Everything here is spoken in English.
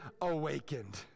awakened